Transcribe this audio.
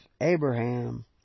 Abraham